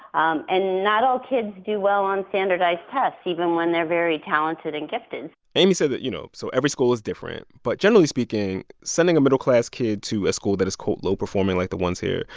um and not all kids do well on standardized tests, even when they're very talented and gifted amy said that, you know so every school is different. but generally speaking, sending a middle-class kid to a school that is, quote, low-performing like the ones here,